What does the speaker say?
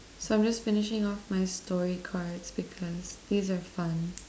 so I'm just finishing off my story cards because these are fun